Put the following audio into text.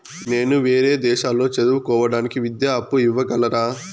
నేను వేరే దేశాల్లో చదువు కోవడానికి విద్యా అప్పు ఇవ్వగలరా?